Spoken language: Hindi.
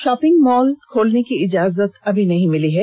शॉपिंग मॉल खोलने की इजाजत अभी नहीं मिली है